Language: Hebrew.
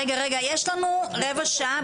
רגע, יש לנו רבע שעה.